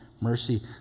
mercy